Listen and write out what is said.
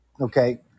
Okay